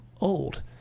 old